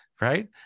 right